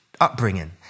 upbringing